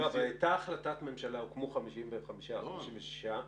הוקמו 55 או 56,